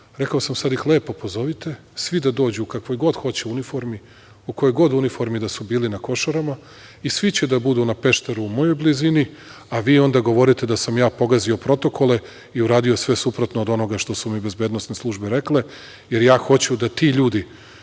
rekao sam - sada ih lepo pozovite, svi da dođu, u kakvoj god hoće uniformi, u kojoj god uniformi da su bili na Košarama i svi će da budu na Pešteru u mojoj blizini, a vi onda govorite da sam ja pogazio protokole i uradio sve suprotno od onoga što su mi bezbednosne službe rekle, jer ja hoću da ti ljudi